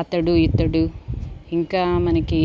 అతడు ఇతడు ఇంకా మనకి